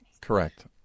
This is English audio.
Correct